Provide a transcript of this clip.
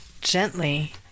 Gently